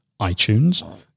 iTunes